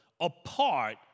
apart